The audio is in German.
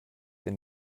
der